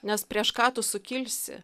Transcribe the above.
nes prieš ką tu sukilsi